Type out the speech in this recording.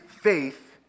faith